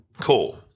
cool